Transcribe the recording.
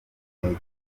inkeke